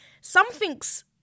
something's